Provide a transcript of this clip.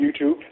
YouTube